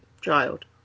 child